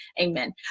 Amen